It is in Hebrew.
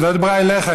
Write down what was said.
היא לא דיברה עליך,